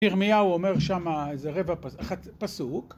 ירמיהו אומר שם איזה רבע פסוק